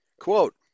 quote